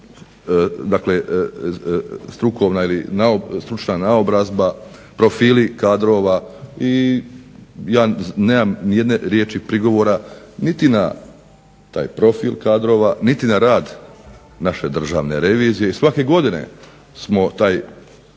Dakle, strukovna ili stručna naobrazba, profili kadrova i ja nemam ni jedne riječi prigovora niti na taj profil kadrova, niti na rad naše Državne revizije. I svake godine smo to